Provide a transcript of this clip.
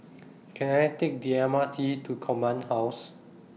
Can I Take The M R T to Command House